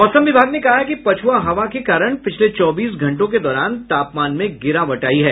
मौसम विभाग ने कहा है कि पछुआ हवा के कारण पिछले चौबीस घंटों के दौरान तापमान में गिरावट आयी है